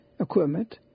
equipment